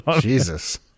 Jesus